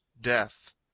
death